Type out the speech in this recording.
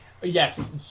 Yes